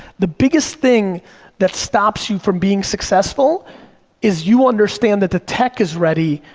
the biggest thing that stops you from being successful is you understand that the tech is ready,